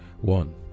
One